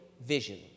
vision